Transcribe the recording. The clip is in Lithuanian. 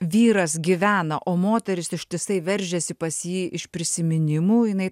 vyras gyvena o moterys ištisai veržiasi pas jį iš prisiminimų jinai